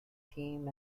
team